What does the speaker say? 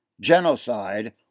genocide